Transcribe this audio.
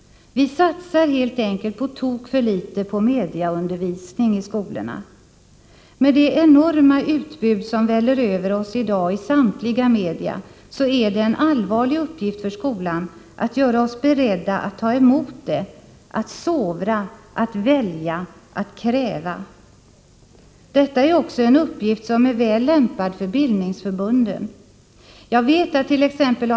Vi satsar helt enkelt på tok för litet på mediaundervisning i skolorna. Med det enorma utbud som väller över oss i dag i samtliga media, är det en allvarlig uppgift för skolan att göra oss beredda att ta emot det, att sovra, att välja och att kräva. Detta är också en uppgift som är väl lämpad för bildningsförbunden. Jag vet attt.ex.